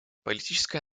политическая